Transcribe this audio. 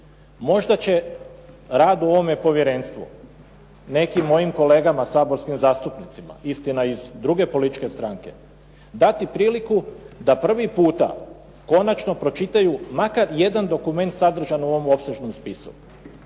Možda će rad u ovome povjerenstvu nekim mojim kolegama saborskim zastupnicima, istina iz druge političke stranke, dati priliku da prvi puta konačno pročitaju makar jedan dokument sadržan u ovom opsežnom spisu.